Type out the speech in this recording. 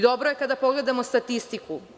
Dobro je kada pogledamo statistiku.